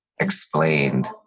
explained